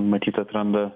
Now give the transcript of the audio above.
matyt atranda